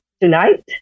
tonight